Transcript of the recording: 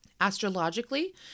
Astrologically